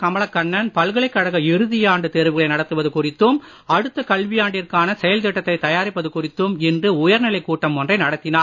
கமலக் கண்ணன் பல்கலைக் கழக இறுதியாண்டு தேர்வுகளை நடத்துவது குறித்தும் அடுத்த கல்வியாண்டிற்கான செயல்திட்டத்தை தயாரிப்பது குறித்தும் இன்று உயர்நிலைக் கூட்டம் ஒன்றை நடத்தினார்